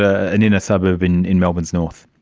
ah an inner suburb in in melbourne's north.